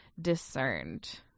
discerned